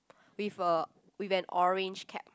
with a with an orange cap